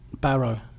Barrow